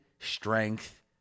Strength